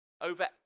over